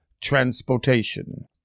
transportation